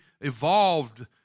evolved